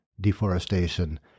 deforestation